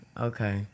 okay